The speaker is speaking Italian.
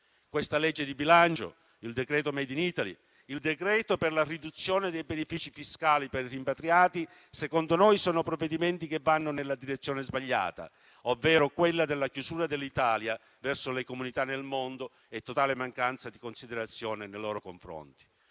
Questa legge di bilancio, il disegno di legge *made in Italy*, il decreto per la riduzione dei benefici fiscali per i rimpatriati secondo noi sono provvedimenti che vanno nella direzione sbagliata, ovvero quella della chiusura dell'Italia verso le comunità italiane nel mondo e della totale mancanza di considerazione nei loro confronti.